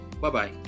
bye-bye